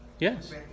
Yes